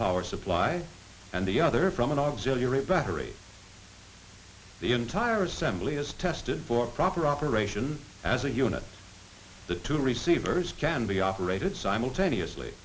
power supply and the other from an auxiliary battery the entire assembly is tested for proper operation as a unit the two receivers can be operated simultaneously